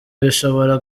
bishobora